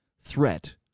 threat